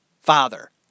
father